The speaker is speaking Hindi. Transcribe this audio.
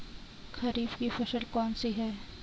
खरीफ की फसल कौन सी है?